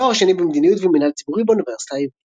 ותואר שני במדיניות ומנהל ציבורי באוניברסיטה העברית.